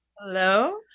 Hello